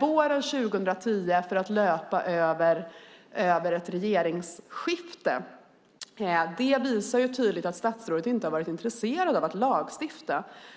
våren 2010 för att löpa över ett regeringsskifte visar tydligt att statsrådet inte har varit intresserat av att lagstifta.